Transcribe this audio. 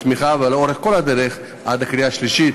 ולאורך כל הדרך עד לקריאה שלישית.